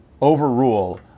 overrule